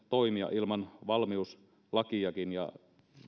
toimia ilman valmiuslakiakin ja